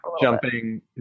Jumping